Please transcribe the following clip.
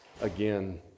again